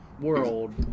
World